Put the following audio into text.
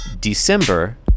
December